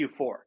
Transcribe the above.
Q4